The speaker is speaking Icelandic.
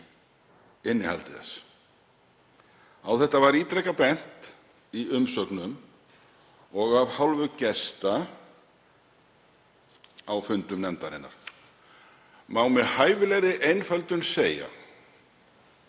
Á það var ítrekað bent í umsögnum og af hálfu gesta á fundum nefndarinnar. Má með hæfilegri einföldun segja